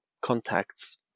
contacts